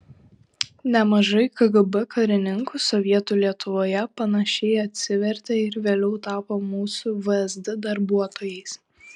nemažai kgb karininkų sovietų lietuvoje panašiai atsivertė ir vėliau tapo mūsų vsd darbuotojais